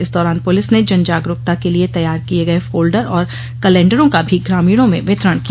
इस दौरान पुलिस ने जनजागरुकता के लिए तैयार किये गये फोल्डर और कलेंडरों का भी ग्रामीणों में वितरण किया